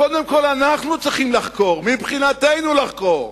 קודם כול אנחנו צריכים לחקור, מבחינתנו לחקור.